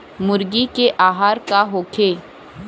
मुर्गी के आहार का होखे?